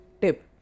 tip